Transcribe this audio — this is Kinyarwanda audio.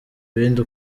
ibindi